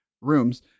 Rooms